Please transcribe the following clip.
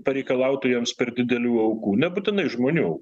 pareikalautų jiems per didelių aukų nebūtinai žmonių